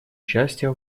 участие